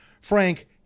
Frank